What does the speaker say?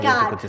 God